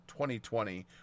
2020